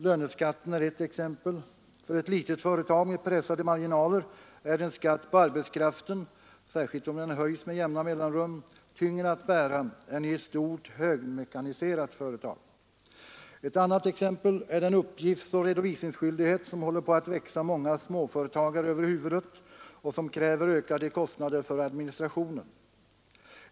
Löneskatten är ett annat exempel. För ett litet företag med pressade marginaler är en skatt på arbetskraften, särskilt om den höjs med jämna mellanrum, tyngre att bära än för ett stort högmekaniserat företag. Ett tredje exempel är den uppgiftsoch redovisningsskyldighet som håller på att växa många småföretagare över huvudet och som kräver ökade kostnader för administrationen.